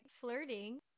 flirting